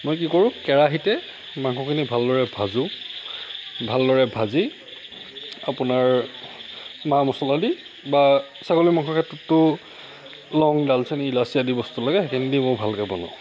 মই কি কৰোঁ কেৰাহীতে মাংসখিনি ভালদৰে ভাজোঁ ভালদৰে ভাজি আপোনাৰ মা মচলা দি ছাগলী মাংসটো লং ডালচেনি ইলাচি আদি বস্তু লাগে সেইখিনি দি মই ভালকৈ বনাওঁ